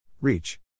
Reach